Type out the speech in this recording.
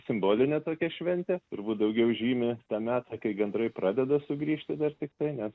simbolinė tokia šventė turbūt daugiau žymi tą metą kai gandrai pradeda sugrįžti dar tiktai nes